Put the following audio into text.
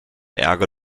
ärger